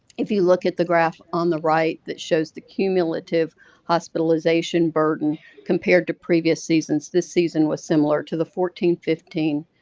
if you look at the graph on the right that shows the cumulative hospitalization burden compared to previous seasons, this season was similar to the fourteen fifteen,